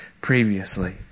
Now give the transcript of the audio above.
previously